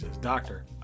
Doctor